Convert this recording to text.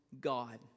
God